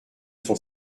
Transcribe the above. son